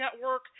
Network